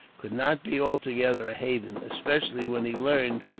could not be altogether a hathen especially when he learned,